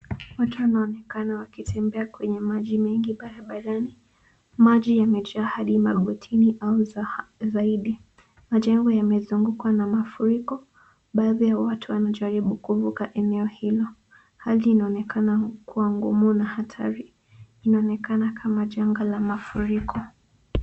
Watu wanaonekana wakitembea kwenye maji mengi barabarani. Maji yamejaa hadi magotini au zaidi. Majengo yamezungukwa na mafuriko. Baadhi ya watu wanajaribu kuvuka eneo hilo. Hali inaonekana kuwa ngumu na hatari. Inaonekana kama janga la mafuriko.